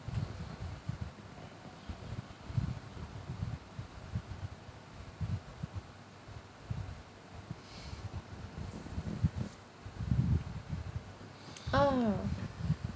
oh